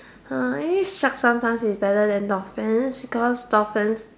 Hai sharks sometimes is better than dolphins because dolphins